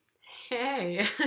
hey